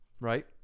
right